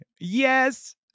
Yes